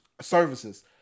Services